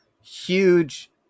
Huge